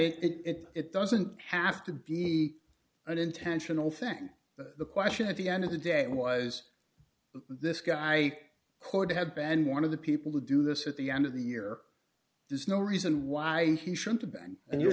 it doesn't have to be an intentional thing but the question at the end of the day was this guy cord had been one of the people who do this at the end of the year there's no reason why he should have been and you're